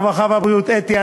הרווחה והבריאות: אתי,